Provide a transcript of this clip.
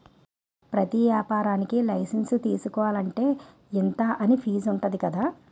ప్రతి ఏపారానికీ లైసెన్సు తీసుకోలంటే, ఇంతా అని ఫీజుంటది కదా